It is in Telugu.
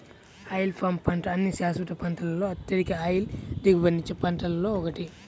ఆయిల్ పామ్ పంట అన్ని శాశ్వత పంటలలో అత్యధిక ఆయిల్ దిగుబడినిచ్చే పంటలలో ఒకటి